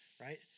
right